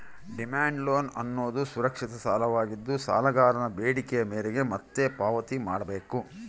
demand loan ಅನ್ನೋದುದು ಸುರಕ್ಷಿತ ಸಾಲವಾಗಿದ್ದು, ಸಾಲಗಾರನ ಬೇಡಿಕೆಯ ಮೇರೆಗೆ ಮತ್ತೆ ಪಾವತಿ ಮಾಡ್ಬೇಕು